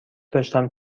داشتم